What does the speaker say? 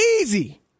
Easy